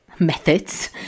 methods